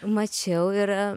mačiau ir